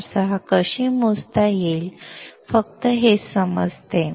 ४६ कशी मोजता येईल हे फक्त हेच समजते